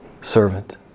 servant